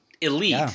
elite